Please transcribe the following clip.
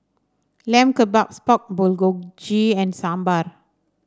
Lamb Kebabs Pork Bulgogi and Sambar